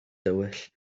dywyll